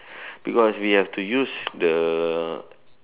because we have to use the